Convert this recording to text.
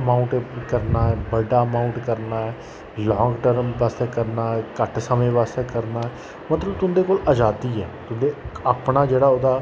amount करना बड्डा amount करना ऐ लांग टर्म बास्तै करना ऐ घट्ट समें वास्तै करना ऐ मतलब तुंदे कोल अजादी ऐ तुंदा अपना जेह्ड़ा ओह्दा